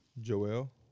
Joel